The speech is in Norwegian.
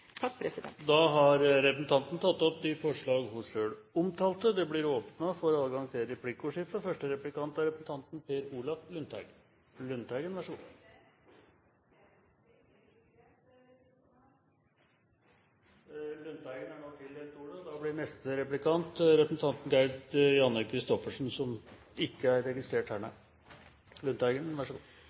har tatt opp de forslagene hun omtalte. Det blir åpnet for replikkordskifte – første replikant er Per Olaf Lundteigen. President! Det er ikke registrert replikk på meg. Representanten Lundteigen er nå tildelt ordet. Neste replikant blir Gerd Janne Kristoffersen – som ikke er registrert her, nei.